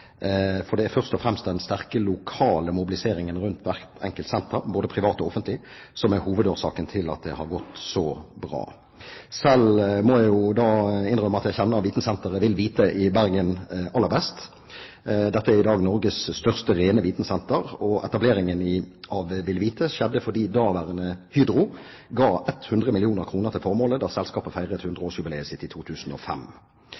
Det er først og fremst den sterke lokale mobiliseringen rundt hvert enkelt senter, både privat og offentlig, som er hovedårsaken til at det har gått så bra. Selv må jeg innrømme at jeg kjenner vitensentret VilVite i Bergen aller best. Dette er i dag Norges største rene vitensenter. Etableringen av VilVite skjedde fordi daværende Hydro ga 100 mill. kr til formålet da selskapet